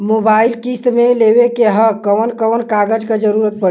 Mobile किस्त मे लेवे के ह कवन कवन कागज क जरुरत पड़ी?